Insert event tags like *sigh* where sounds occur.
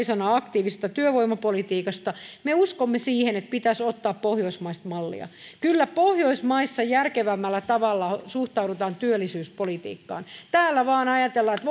*unintelligible* sanaa aktiivisesta työvoimapolitiikasta me uskomme siihen että pitäisi ottaa pohjoismaista mallia kyllä pohjoismaissa järkevämmällä tavalla suhtaudutaan työllisyyspolitiikkaan täällä vaan ajatellaan että *unintelligible*